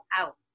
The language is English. out